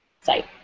site